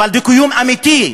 אבל דו-קיום אמיתי.